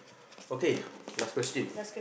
okay last question